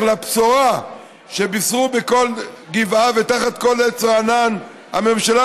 לבשורה שבישרה על כל גבעה ותחת כל עץ רענן הממשלה,